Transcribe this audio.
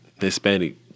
Hispanic